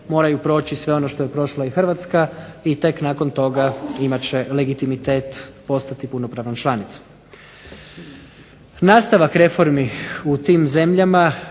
Hrvatska